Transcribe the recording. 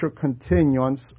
continuance